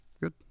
good